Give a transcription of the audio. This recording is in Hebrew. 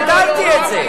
דיללתי את זה.